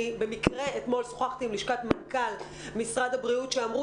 במקרה אתמול שוחחתי עם לשכת מנכ"ל משרד הבריאות ואמרו